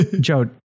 Joe